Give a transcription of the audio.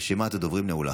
רשימת הדוברים נעולה.